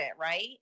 right